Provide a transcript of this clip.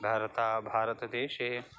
भारते भारतदेशे